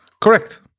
Correct